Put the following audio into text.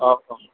औ